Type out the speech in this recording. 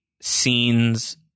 scenes